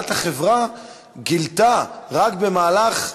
שהנהלת החברה גילתה רק במהלך,